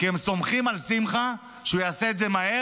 כי הם סומכים על שמחה שהוא יעשה את זה מהר,